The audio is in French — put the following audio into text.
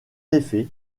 effet